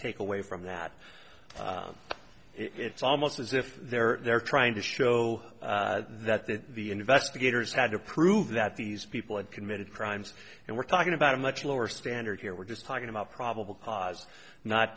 take away from that it's almost as if they're they're trying to show that that the investigators had to prove that these people had committed crimes and we're talking about a much lower standard here we're just talking about probable cause not